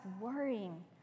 worrying